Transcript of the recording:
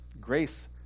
Grace